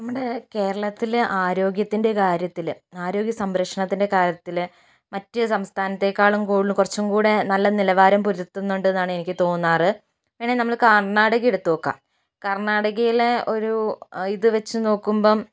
നമ്മുടെ കേരളത്തിൽ ആരോഗ്യത്തിൻ്റെ കാര്യത്തില് ആരോഗ്യ സംരക്ഷണത്തിൻ്റെ കാര്യത്തില് മറ്റ് സംസഥാനത്തെക്കാളും കൂടുതല് കുറച്ചും കൂടെ നല്ല നിലവാരം പുലർത്തുന്നുണ്ട് എന്നാണ് എനിക്ക് തോന്നാറ് പിന്നെ നമ്മൾ കർണാടക എടുത്ത് നോക്കാം കർണാടകയിലെ ഒരു ഇത് വെച്ച് നോക്കുമ്പം